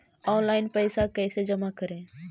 Online पैसा कैसे जमा करे?